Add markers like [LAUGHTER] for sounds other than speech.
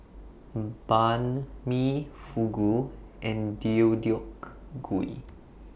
[HESITATION] Banh MI Fugu and Deodeok Gui